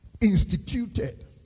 instituted